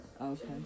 Okay